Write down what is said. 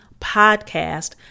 Podcast